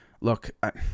Look